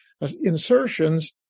Insertions